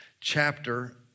chapter